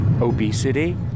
Obesity